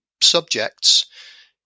subjects